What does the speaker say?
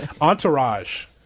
Entourage